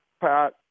Pat